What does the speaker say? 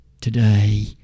today